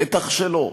בטח שלא,